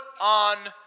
on